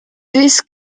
this